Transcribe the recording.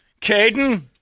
Caden